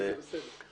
--- זה בסדר.